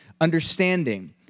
understanding